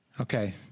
Okay